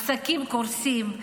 עסקים קורסים.